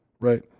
Right